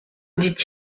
dit